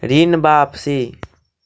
ऋण वापसी?